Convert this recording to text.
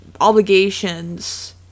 obligations